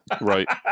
Right